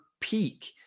peak